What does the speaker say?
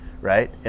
Right